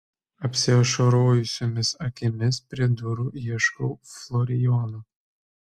apsiašarojusiomis akimis prie durų ieškau florijono